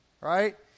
right